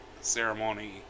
ceremony